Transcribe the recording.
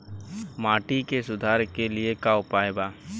माटी के सुधार के लिए का उपाय बा?